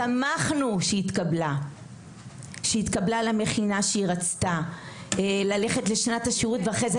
שמחנו שהיא התקבלה למכינה שהיא רצתה ללכת לשנת השירות ואחרי זה